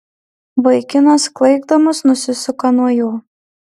vaikinas klaikdamas nusisuka nuo jo